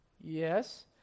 Yes